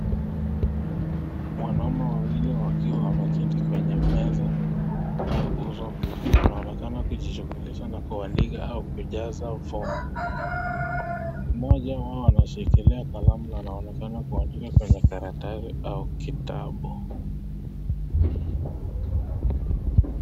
Wanaume wawili wakiwa wameketi kwenye meza au uso lango wanaonekana kujishughulisha kuandika au kujaza fomu moja huwa anashikilia kalamu na anaonekana kuandika kwenye karatasi au kitabu.